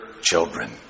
children